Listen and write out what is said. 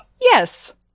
Yes